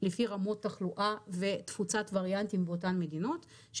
לפי רמות תחלואה ותפוצת וריאנטים באותן מדינות.